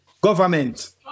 government